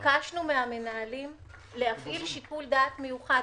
בקשנו מהמנהלים להפעיל שיקול דעת מיוחד